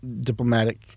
diplomatic